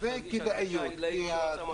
צריך להרגיש הרגשה עילאית שהוא עשה מעשה טוב.